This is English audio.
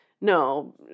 no